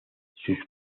sus